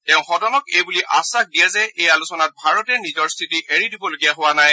তেওঁ সদনক এই বুলি আখাস দিয়ে যে এই আলোচনাত ভাৰতে নিজৰ স্থিতি এৰি দিবলগীয়া হোৱা নাই